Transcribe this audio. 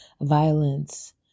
violence